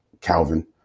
Calvin